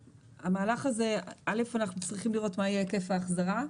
המהלך הזה --- א' אנחנו צריכים לראות מה יהיה היקף ההחזרה.